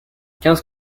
quinze